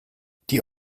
die